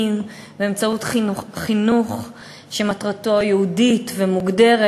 באמצעות חינוך שמטרתו ייעודית ומוגדרת.